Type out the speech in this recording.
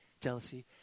jealousy